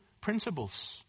principles